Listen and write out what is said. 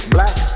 black